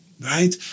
right